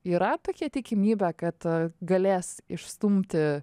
yra tokia tikimybė kad galės išstumti